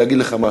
להגיד לך משהו.